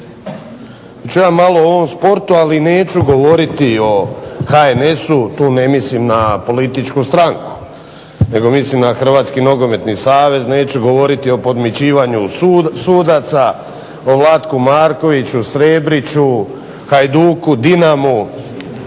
ću ja malo o ovom sportu, ali neću govoriti o HNS-u tu ne mislim na političku stranku nego mislim na Hrvatski nogometni savez. Neću govoriti o podmićivanju sudaca, o Vlatku Markoviću, Srebriću, Hajduku, Dinamu